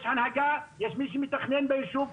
יש הנהגה, יש מי שמתכנן ביישוב.